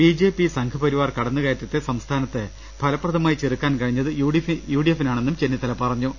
BJP Sangh Parivar കടന്നുകയറ്റത്തെ സംസ്ഥാനത്ത് ഫലപ്രദമായി ചെറുക്കാൻ കഴിഞ്ഞത് യുഡിഎഫിനാണെന്നും ചെന്നിത്തല പറഞ്ഞു